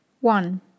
One